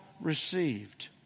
received